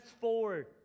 forward